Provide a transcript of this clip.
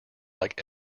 like